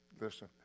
listen